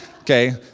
Okay